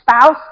spouse